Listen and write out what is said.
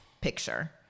picture